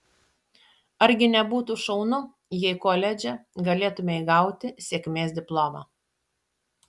argi nebūtų šaunu jei koledže galėtumei gauti sėkmės diplomą